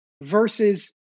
versus